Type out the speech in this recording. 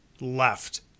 left